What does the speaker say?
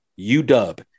UW